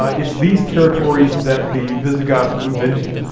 it's these territories that the visigoths move into.